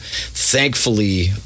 thankfully